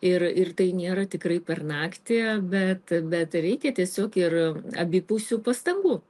ir ir tai nėra tikrai per naktį bet bet reikia tiesiog ir abipusių pastangų